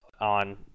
on